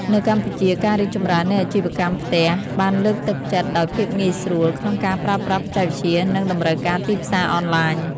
នៅកម្ពុជា ការរីកចម្រើននៃអាជីវកម្មផ្ទះបានលើកទឹកចិត្តដោយភាពងាយស្រួលក្នុងការប្រើប្រាស់បច្ចេកវិទ្យា និងតម្រូវការទីផ្សារអនឡាញ។